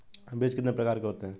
बीज कितने प्रकार के होते हैं?